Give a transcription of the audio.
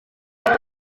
bajo